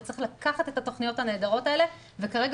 וצריך לקחת את התכניות הנהדרות האלה וכרגע